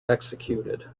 executed